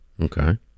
Okay